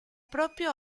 propio